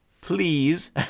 please